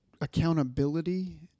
accountability